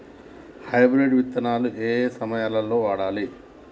Hybrid విత్తనాలు ఏయే సమయాల్లో వాడాలి?